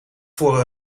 voor